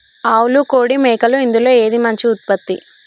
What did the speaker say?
ఆవులు కోడి మేకలు ఇందులో ఏది మంచి ఉత్పత్తి?